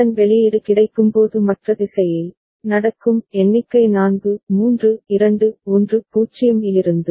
கடன் வெளியீடு கிடைக்கும்போது மற்ற திசையில் நடக்கும் எண்ணிக்கை 4 3 2 1 0 இலிருந்து